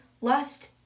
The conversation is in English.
lust